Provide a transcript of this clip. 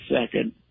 second